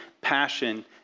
passion